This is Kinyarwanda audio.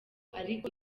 ariko